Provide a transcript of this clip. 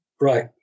Right